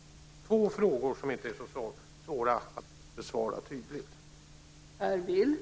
Detta är två frågor som inte är så svåra att besvara tydligt.